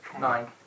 Nine